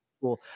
cool